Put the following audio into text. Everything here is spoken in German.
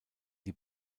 die